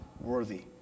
worthy